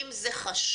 אם זה חשוב,